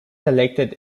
elected